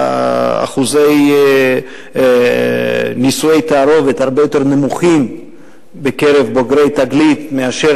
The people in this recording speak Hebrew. אחוזי נישואי התערובת הם הרבה יותר נמוכים בקרב בוגרי "תגלית" מאשר